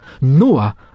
Noah